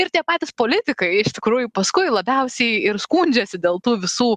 ir tie patys politikai iš tikrųjų paskui labiausiai ir skundžiasi dėl tų visų